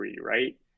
right